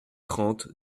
trente